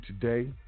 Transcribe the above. today